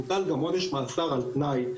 מוטל גם עונש מאסר על תנאי,